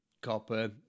Copper